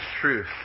truth